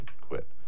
quit